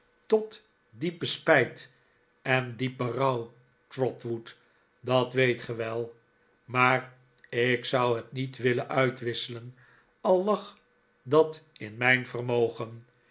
tot diepe spijt en diep berouw trotwood dat weet ge wel maar ik zou net niet willen uitwisschen al lag dat in mijn vermogen